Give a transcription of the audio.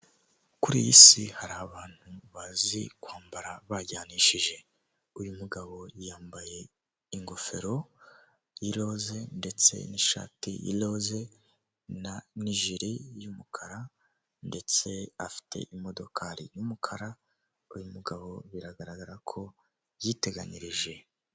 Nimba ufite telefone uzakore uko ushoboye umenye kuyikoresha wandika ibintu byinshi bitandukanye mu mabara atandukanye bizatuma uyibyaza umusaruro uhagije.